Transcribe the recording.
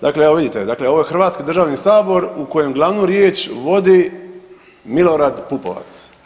Dakle, evo vidite ovo je Hrvatski državni sabor u kojem glavnu riječ vodi Milorad Pupovac.